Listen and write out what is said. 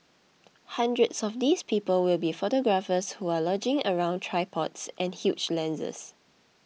hundreds of these people will be photographers who are lugging around tripods and huge lenses